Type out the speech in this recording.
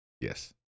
Yes